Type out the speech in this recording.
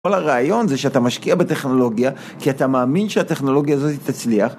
כל הרעיון זה שאתה משקיע בטכנולוגיה כי אתה מאמין שהטכנולוגיה הזאת תצליח.